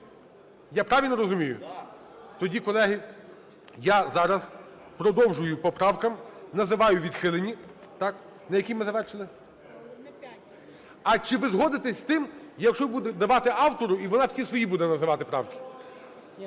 Я правильно розумію? Тоді, колеги, я зараз продовжую по правках, називаю відхилені, так. На якій ми завершили? А чи ви згодитесь з тим, якщо буду давати автору, і вона всі свої буде називати правки? По